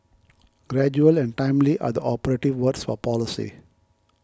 gradual and timely are the operative words for policy